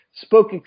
spoke